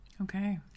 Okay